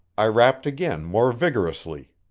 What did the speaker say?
i rapped again more vigorously,